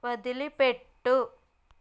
వదిలిపెట్టు